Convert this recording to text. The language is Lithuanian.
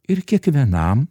ir kiekvienam